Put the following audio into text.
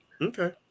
Okay